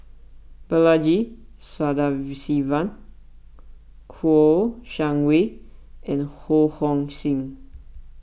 Balaji Sadasivan Kouo Shang Wei and Ho Hong Sing